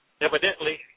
evidently